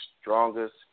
strongest